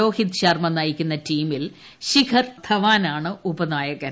രോഹിത് ശർമ്മ നയിക്കുന്ന ടീമിൽ ശിഖർ ധവാനാണ് ഉപനായകൻ